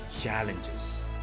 challenges